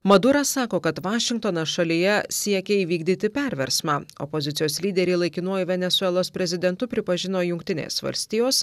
maduras sako kad vašingtonas šalyje siekia įvykdyti perversmą opozicijos lyderį laikinuoju venesuelos prezidentu pripažino jungtinės valstijos